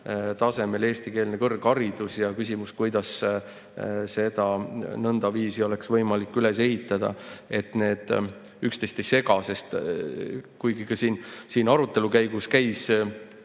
tasemel eestikeelne kõrgharidus ja kuidas seda nõndaviisi oleks võimalik üles ehitada, et need üksteist ei sega. Ka siin arutelu käigus käis